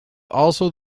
also